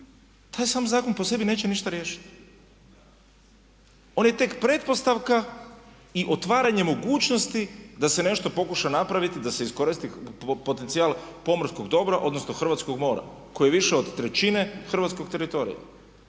taj sam zakon po sebi neće ništa riješiti. On je tek pretpostavka i otvaranje mogućnosti da se nešto pokuša napraviti, da se iskoristi potencijal pomorskog dobra, odnosno hrvatskog mora koji je više od trećine hrvatskog teritorija.